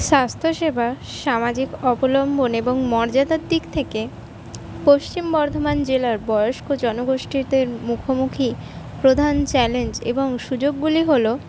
স্বাস্থ্যসেবা সামাজিক অবলম্বন এবং মর্যাদার দিক থেকে পশ্চিম বর্ধমান জেলার বয়স্ক জনগোষ্ঠীতে মুখোমুখি প্রধান চ্যালেঞ্জ এবং সুযোগগুলি হল